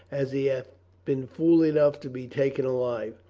as he hath been fool enough to be taken alive.